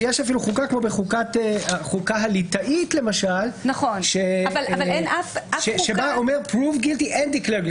יש אפילו חוקה כמו בחוקה הליטאית למשל בה נאמר פרוב גילטי אנד דיקלייר.